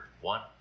One